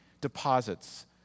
deposits